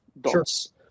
dots